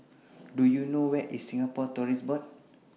Do YOU know Where IS Singapore Tourism Board